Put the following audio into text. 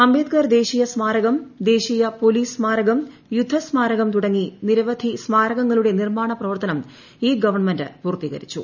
അം ബ്രേദ്ക്ർ ദേശീയ സ്മാരകം ദേശീയ പോലീസ് സ്മാരകം യുദ്ധസ്മാരകം തുടങ്ങി നിരവധി സ്മാരകങ്ങളുടെ നിർമാണ പ്രവർത്തന്റെ ഈ ഗവൺമെന്റ് പൂർത്തീകരിച്ചു